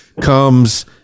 comes